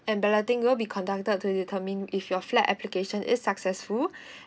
and balloting will be conducted to determine if your flat application is successful